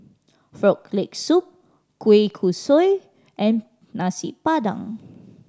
Frog Leg Soup kueh kosui and Nasi Padang